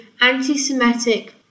anti-Semitic